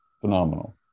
Phenomenal